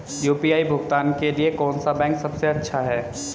UPI भुगतान के लिए कौन सा बैंक सबसे अच्छा है?